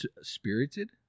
Spirited